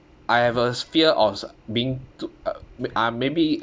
I have a fear of being to ah maybe